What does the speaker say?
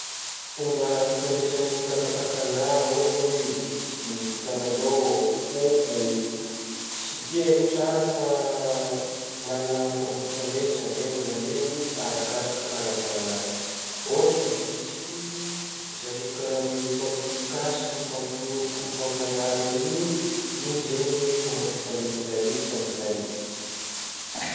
Fomba fifandraisagny kakakakan-draha ôhatra hoe vitsiky, kalalao, foko, tsy dia haiko tsara fa manana fomba fifandraisagny zegny zareo arakaraka karazananazy, ôhatry vitsiky zare ka raha mifampikasiky mifampihoroko mifampiarahaba igny ,igny zegny lay fomba fifandraisanzare samy zare.